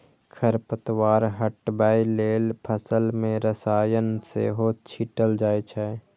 खरपतवार हटबै लेल फसल मे रसायन सेहो छीटल जाए छै